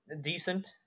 decent